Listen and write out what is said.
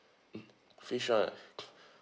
mm fish [one]